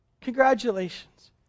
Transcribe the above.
Congratulations